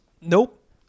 Nope